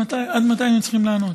עד מתי היינו צריכים לענות.